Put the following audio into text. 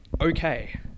okay